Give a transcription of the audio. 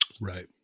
Right